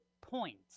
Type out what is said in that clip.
point